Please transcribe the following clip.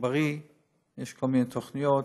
יש כל מיני תוכניות,